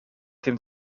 dem